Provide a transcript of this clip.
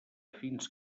fins